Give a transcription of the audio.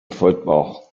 football